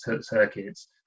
circuits